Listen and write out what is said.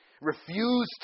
refused